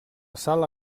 sala